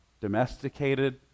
domesticated